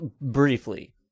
Briefly